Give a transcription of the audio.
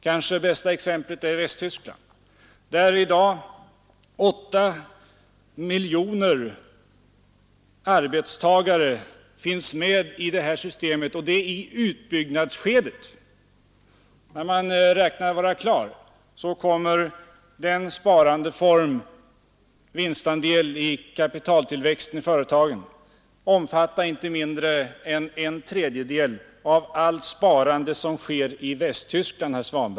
Kanske det bästa exemplet är Västtyskland, där i dag 8 miljoner arbetstagare finns med i det här systemet, och det i utbyggnadsskedet. Fullt utbyggt räknar man med att denna sparandeform, vinstandel i kapitaltillväxten i företagen, skall utgöra inte mindre än en tredjedel av allt sparande som sker i Västtyskland.